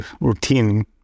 routine